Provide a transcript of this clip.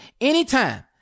anytime